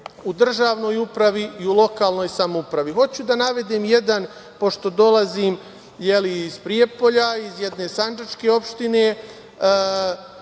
u državnoj upravi i u lokalnoj samoupravi. Hoću da navedem, pošto dolazim iz Prijepolja, iz jedne sandžačke opštine,